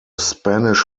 spanish